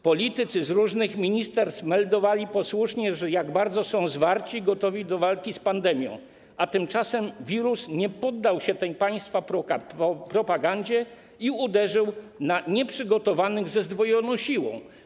Politycy z różnych ministerstw meldowali posłusznie, jak bardzo są zwarci i gotowi do walki z pandemią, a tymczasem wirus nie poddał się tej państwa propagandzie i uderzył na nieprzygotowanych ze zdwojoną siłą.